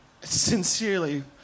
sincerely